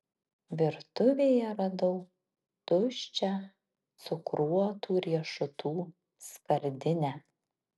virtuvėje radau tuščią cukruotų riešutų skardinę